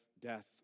death